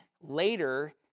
later